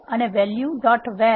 અને value dot વેર